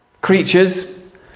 creatures